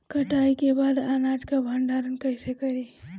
कटाई के बाद अनाज का भंडारण कईसे करीं?